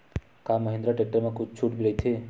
का महिंद्रा टेक्टर मा छुट राइथे?